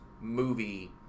movie